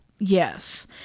yes